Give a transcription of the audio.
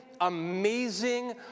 amazing